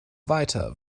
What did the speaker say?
weiter